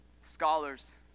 scholars